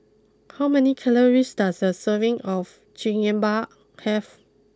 how many calories does a serving of Chigenabe have